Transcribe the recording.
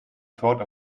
thought